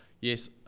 yes